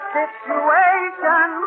situation